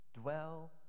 Dwell